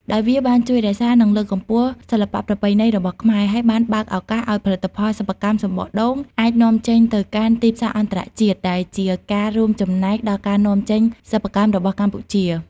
ដោយវាបានជួយរក្សា និងលើកកម្ពស់សិល្បៈប្រពៃណីរបស់ខ្មែរ ហើយបានបើកឱកាសឲ្យផលិតផលសិប្បកម្មសំបកដូងអាចនាំចេញទៅកាន់ទីផ្សារអន្តរជាតិ ដែលជាការរួមចំណែកដល់ការនាំចេញសិប្បកម្មរបស់កម្ពុជា។